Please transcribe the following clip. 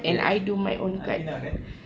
yes I did not eh